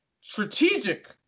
strategic